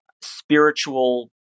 spiritual